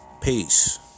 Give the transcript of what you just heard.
Peace